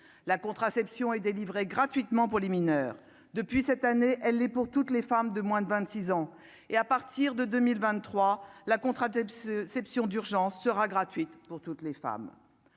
la contraception est délivrée gratuitement pour les mineurs, depuis cette année, elle est pour toutes les femmes de moins de 26 ans, et à partir de 2023 la Debs exception d'urgence sera gratuite pour toutes les femmes